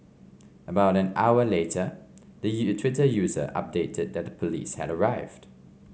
about an hour later the Twitter user updated that police had arrived